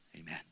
Amen